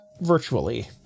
virtually